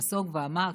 ונסוג ואמר,